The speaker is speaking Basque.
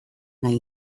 nahi